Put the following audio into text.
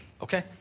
Okay